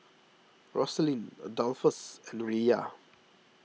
Rosaline Adolphus and Riya